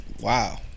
wow